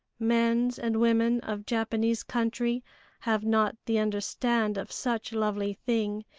mens and women of japanese country have not the understand of such lovely thing,